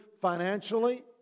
financially